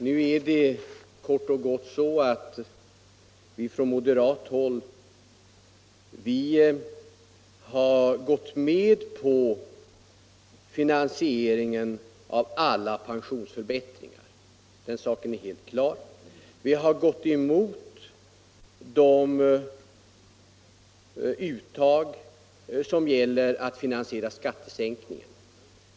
Nu förhåller det sig kort och gott så, att vi från moderat håll har gått med på finansieringen av alla pensionsförbättringar. Den saken är helt klar. Däremot har vi gått emot de uttag som avser att finansiera skattesänkningen.